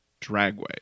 dragway